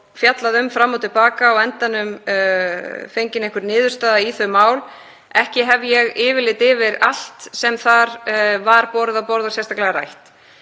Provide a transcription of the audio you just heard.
fjallað um fram og til baka og á endanum fengin einhver niðurstaða í þau mál. Ég hef ekki yfirlit yfir allt sem þar var borið á borð og sérstaklega rætt